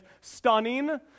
stunning